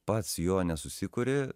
pats jo nesusikuri